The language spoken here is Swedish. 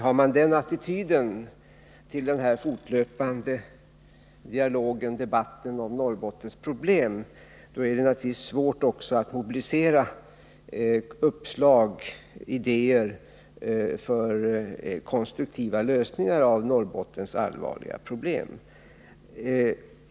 Har man den attityden till den här fortlöpande debatten om Norrbottens problem är det naturligtvis också svårt att mobilisera uppslag och idéer till konstruktiva lösningar av Norrbottens allvarliga problem.